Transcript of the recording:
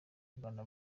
kugana